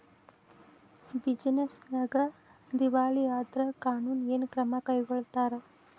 Business ನ್ಯಾಗ ದಿವಾಳಿ ಆದ್ರ ಕಾನೂನು ಏನ ಕ್ರಮಾ ಕೈಗೊಳ್ತಾರ?